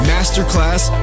Masterclass